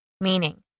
Meaning